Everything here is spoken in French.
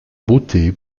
beauté